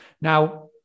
Now